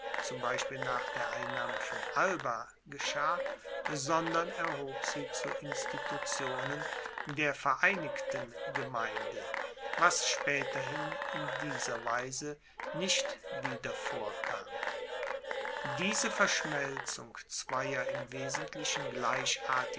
zum beispiel nach der einnahme von alba geschah sondern erhob sie zu institutionen der vereinigten gemeinde was spaeterhin in dieser weise nicht wieder vorkam diese verschmelzung zweier im wesentlichen gleichartiger